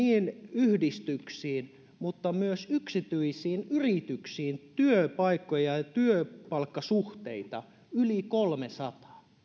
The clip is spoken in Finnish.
yhdistyksiin kuin myös yksityisiin yrityksiin työpaikkoja ja palkkatyösuhteita yli kolmesataa